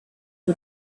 who